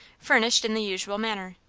furnished in the usual manner.